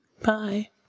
Bye